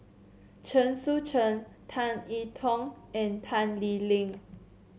Chen Sucheng Tan E Tong and Tan Lee Leng